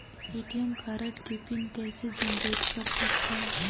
ATM card के PIN कइसे generate कर सकथव?